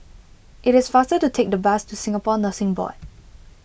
it is faster to take the bus to Singapore Nursing Board